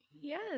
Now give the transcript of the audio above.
Yes